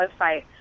website